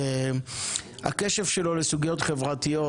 והקשב שלו לסוגיות חברתיות,